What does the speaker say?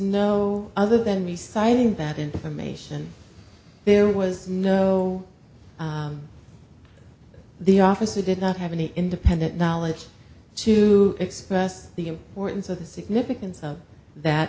no other than reciting that information there was no the officer did not have any independent knowledge to express the importance of the significance of that